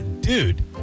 Dude